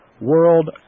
world